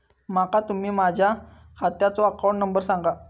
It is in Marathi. माका तुम्ही माझ्या खात्याचो अकाउंट नंबर सांगा?